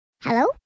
Hello